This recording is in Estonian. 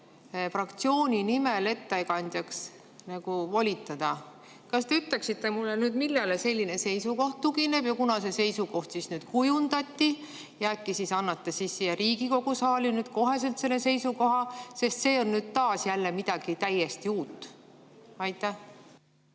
fraktsiooni nimel ettekandjaks volitada. Kas te ütleksite mulle nüüd, millele selline seisukoht tugineb? Ja kuna see seisukoht nüüd kujundati, siis äkki annate siin Riigikogu saalis nüüd koheselt selle seisukoha teada? Sest see on nüüd taas midagi täiesti uut. Aitäh!